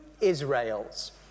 Israels